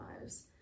lives